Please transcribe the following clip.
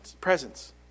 presence